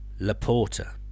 Laporta